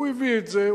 הוא הביא את זה,